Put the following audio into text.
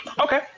Okay